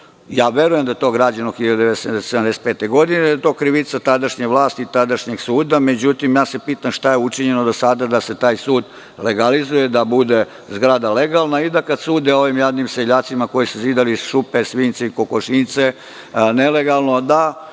verujem da je to građeno 1975. godine i da je to krivica tadašnje vlasti i tadašnjeg suda, međutim, ja se pitam šta je učinjeno do sada da se taj sud legalizuje, da bude zgrada legalna i da kada sude ovim jadnim seljacima koji su zidali šupe, svinjce i kokošinjce nelegalno, da